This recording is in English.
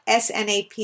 SNAP